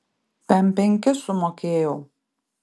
pem penkis sumokėjau